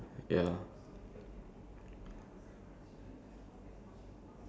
ya we work to survive because to think about like not working is already